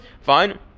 Fine